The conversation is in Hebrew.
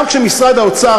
גם כשמשרד האוצר,